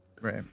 Right